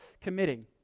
committing